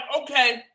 okay